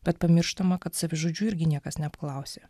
bet pamirštama kad savižudžių irgi niekas neapklausė